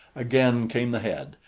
again came the head,